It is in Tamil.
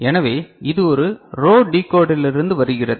எனவே இது ஒரு ரோ டிகோடரிலிருந்து வருகிறது